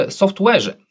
softwareze